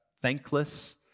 thankless